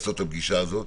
לקיים את הפגישה הזאת.